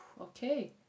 okay